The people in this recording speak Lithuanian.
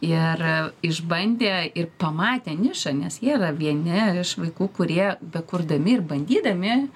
ir išbandė ir pamatė nišą nes jie yra vieni iš vaikų kurie bekurdami ir bandydami